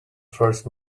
first